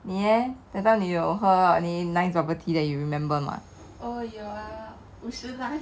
你 eh that time 你有喝 any nice bubble tea that you remember mah